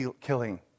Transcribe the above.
killing